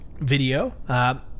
video